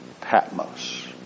Patmos